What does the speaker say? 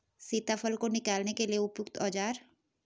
सीताफल को निकालने के लिए उपयुक्त औज़ार?